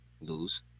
lose